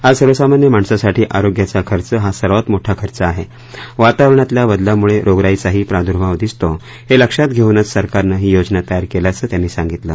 आज सर्वसामान्य माणसासाठी आरोग्याचा खर्च हा सर्वात मोठा खर्च आहे वातावरणातल्या बदलांमुळे रोगराईचाही प्रादुर्भाव दिसतो हे लक्षात घेऊनच सरकारनं ही योजना तयार केल्याचं त्यांनी सांगितलं